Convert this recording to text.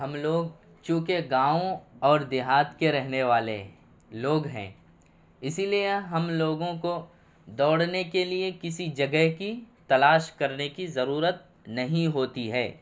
ہم لوگ چوں کہ گاؤں اور دیہات کے رہنے والے لوگ ہیں اسی لیے ہم لوگوں کو دوڑنے کے لیے کسی جگہ کی تلاش کرنے کی ضرورت نہیں ہوتی ہے